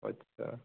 ਅੱਛਾ